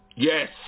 Yes